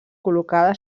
col·locada